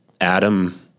Adam